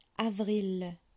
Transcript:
Avril